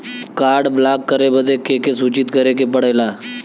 Card block करे बदी के के सूचित करें के पड़ेला?